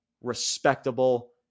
respectable